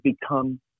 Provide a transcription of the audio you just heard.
become